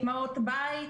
אימהות בית,